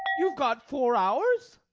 you've got four hours.